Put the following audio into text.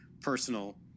personal